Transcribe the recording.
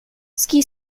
ski